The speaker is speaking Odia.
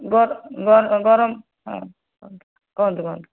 ଗରମ ହଁ କୁହନ୍ତୁ କହନ୍ତୁ କହନ୍ତୁ